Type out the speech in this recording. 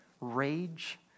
rage